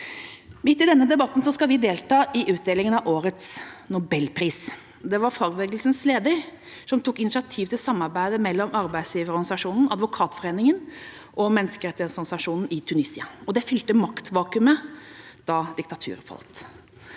Midt i denne debatten skal vi delta i utdelinga av årets Nobelpris. Det var fagbevegelsens leder som tok initiativ til samarbeidet mellom arbeidsgiverorganisasjonen, advokatforeninga og menneskerettighetsorganisasjonen i Tunisia. Det fylte maktvakuumet da diktaturet falt.